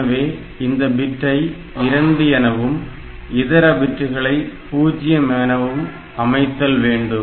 எனவே இந்த பிட்டை 2 எனவும் இதர பிட்டுகளை 0 எனவும் அமைத்தல் வேண்டும்